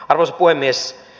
arvoisa puhemies